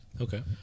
Okay